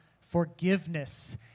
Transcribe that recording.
forgiveness